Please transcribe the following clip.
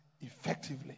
effectively